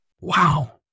Wow